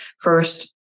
first